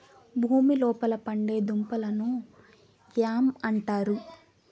భూమి లోపల పండే దుంపలను యామ్ అంటారు